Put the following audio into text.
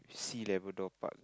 see Labrador Park